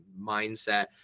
mindset